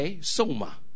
soma